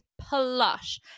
plush